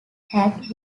had